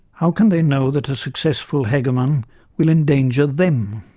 how can they know that a successful hegemon will endanger them?